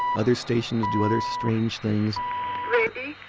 other stations do other strange things ready.